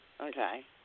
Okay